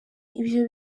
ibyo